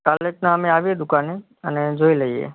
કાલનાં અમે આવીએ દુકાને અને જોઈ લઈએ